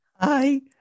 Hi